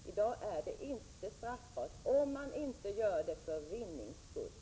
I dag är detta inte straffbart, annat än om det sker för vinnings skull.